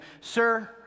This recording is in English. sir